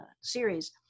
series